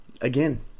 again